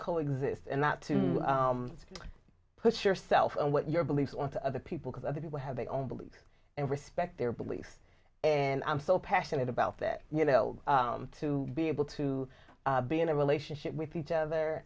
coexist and not to push yourself and what your beliefs on to other people because other people have a own belief and respect their beliefs and i'm so passionate about that you know to be able to be in a relationship with each other